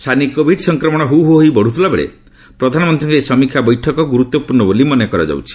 ସାନି କୋଭିଡ୍ ସଂକ୍ରମଣ ହୁ ହୁ ହୋଇ ବଢୁଥିବାବେଳେ ପ୍ରଧାନମନ୍ତ୍ରୀଙ୍କର ଏହି ସମୀକ୍ଷା ବୈଠକ ଗୁରୁତ୍ୱପୂର୍ଣ୍ଣ ବୋଲି ମନେ କରାଯାଉଛି